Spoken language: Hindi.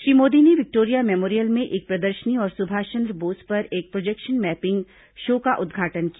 श्री मोदी ने विक्टोरिया मेमोरियल में एक प्रदर्शनी और सुभाषचंद्र बोस पर एक प्रोजेक्शन मैपिंग शो का उद्घाटन किया